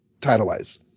title-wise